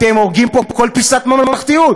אתם הורגים פה כל פיסת ממלכתיות.